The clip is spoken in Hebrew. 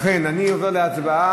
לכן, אני עובר להצבעה.